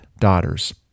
daughters